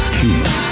human